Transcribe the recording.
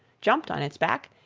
jumped on its back,